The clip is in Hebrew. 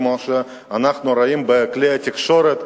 כמו שאנחנו רואים בכלי התקשורת,